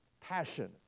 Passion